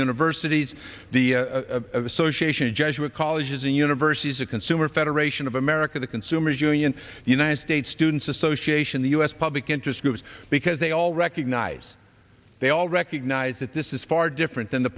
universities the association of jesuit colleges and universities a consumer federation of america the consumers union united states students association the u s public interest groups because they all recognize they all recognize that this is far different than the